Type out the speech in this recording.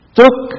took